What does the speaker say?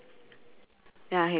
okay so that one is not a difference